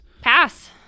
Pass